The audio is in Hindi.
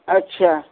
अच्छा